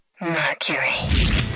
Mercury